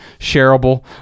shareable